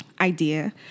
idea